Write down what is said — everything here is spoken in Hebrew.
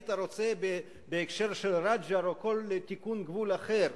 היית רוצה בהקשר של רג'ר או כל תיקון גבול אחר,